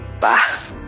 Bye